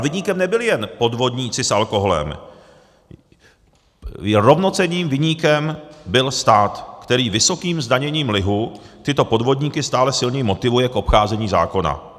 A viníkem nebyli jen podvodníci s alkoholem, rovnocenným viníkem byl stát, který vysokým zdaněním lihu tyto podvodníky stále silněji motivuje k obcházení zákona.